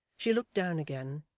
she looked down again,